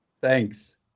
Thanks